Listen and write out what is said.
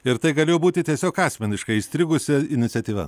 ir tai galėjo būti tiesiog asmeniškai įstrigusi iniciatyva